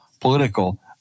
political